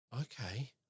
okay